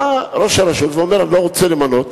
בא ראש הרשות ואומר: אנחנו לא רוצים למנות.